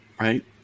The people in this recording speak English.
Right